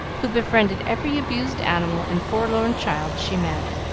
who befriended every abused animal and forlorn child she met.